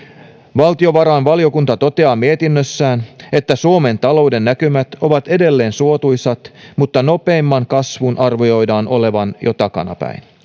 valtiovarainvaliokunta toteaa mietinnössään että suomen talouden näkymät ovat edelleen suotuisat mutta nopeimman kasvun arvioidaan olevan jo takana päin